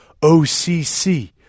OCC